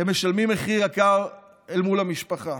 אתם משלמים מחיר יקר מול המשפחה.